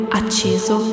acceso